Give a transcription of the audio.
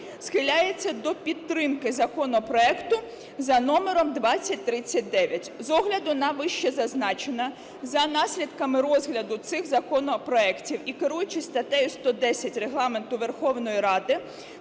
схиляється до підтримки законопроекту за номером 2039. З огляду на вищезазначене, за наслідками розгляду цих законопроектів і керуючись статтею 110 Регламенту Верховної Ради,